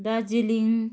Darjeeling